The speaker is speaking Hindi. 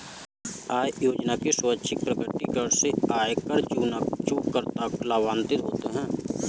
आय योजना के स्वैच्छिक प्रकटीकरण से आयकर चूककर्ता लाभान्वित होते हैं